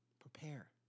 Prepare